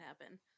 happen